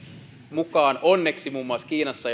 mukaan onneksi muun muassa kiinassa